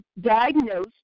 diagnosed